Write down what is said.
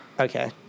Okay